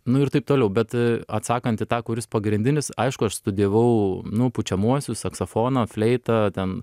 nu ir taip toliau bet atsakant į tą kuris pagrindinis aišku aš studijavau nu pučiamuosius saksofoną fleitą ten